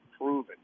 proven